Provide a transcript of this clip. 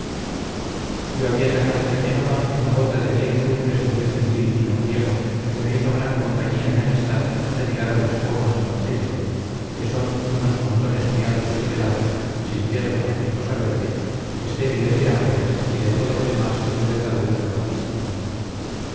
yo había sacado de génova una bota de diez azumbres de muy gentil vino griego que me hizo gran compañía y amistad hasta llegar a las pomas de marsella que son unos montones muy altos y pelados sin yerba ni cosa verde estériles de árboles y de todo lo demás que puede dar gusto a la vista